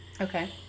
Okay